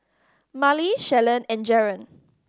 Marlie Shalon and Jaron